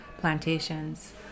plantations